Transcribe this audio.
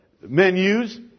menus